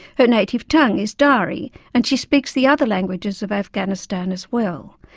her native tongue is dari and she speaks the other languages of afghanistan as well.